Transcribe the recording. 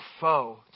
foe